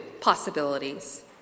possibilities